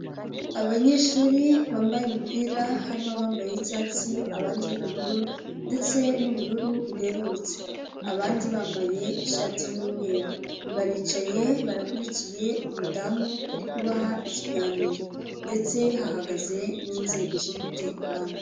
Abanyeshuri bambaye imipira, harimo abambaye iy'icyatsi, abandi iy'ubururu ndetse n'ubururu bwerurutse, abandi bambaye ishati y'umweru, baricaye barakurikiye umudamu uri kubaha ikiganiro ndetse hahagaze n'inzego z'umutekano.